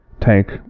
tank